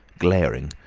glaring,